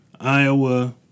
Iowa